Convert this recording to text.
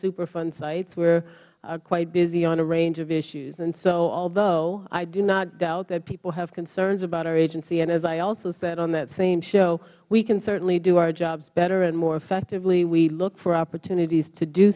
superfund sites we are quite busy on a range of issues and so although i do not doubt that people have concerns about our agency and as i also said on that same show we can certainly do our jobs better and more effectivelyh we look for opportunities to do